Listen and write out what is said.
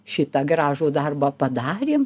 šitą gražų darbą padarėm